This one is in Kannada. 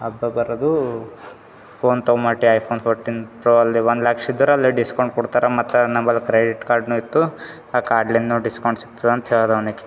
ಅಬ್ಬ ಬರೋದು ಫೋನ್ ತಗೋ ಮಟ್ಟೆ ಐಫೋನ್ ಫೋರ್ಟೀನ್ ಪ್ರೊ ಅಲ್ಲಿ ಒಂದು ಲಕ್ಷ ಇದರಲ್ಲಿ ಡಿಸ್ಕೌಂಟ್ ಕೊಡ್ತಾರೆ ಮತ್ತು ನಮ್ಮ ಬಳಿ ಕ್ರೆಡಿಟ್ ಕಾರ್ಡ್ನು ಇತ್ತು ಆ ಕಾರ್ಡ್ಲಿನ್ನು ಡಿಸ್ಕೌಂಟ್ ಸಿಕ್ತು ಅಂತ ಹೇಳಿದ ಅವ್ನಿಗೆ